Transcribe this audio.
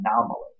anomaly